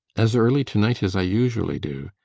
as early to-night as i usually do.